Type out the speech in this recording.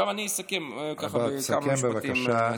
עכשיו אני אסכם ככה בכמה משפטים.